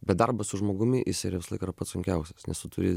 bet darbas su žmogumi jisai visą laiką yra pats sunkiausias nes turi